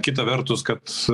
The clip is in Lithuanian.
kita vertus kad